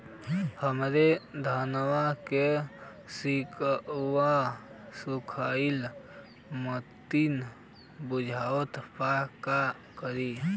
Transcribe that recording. हमरे धनवा के सीक्कउआ सुखइला मतीन बुझात बा का करीं?